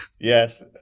Yes